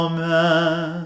Amen